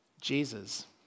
Jesus